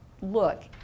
look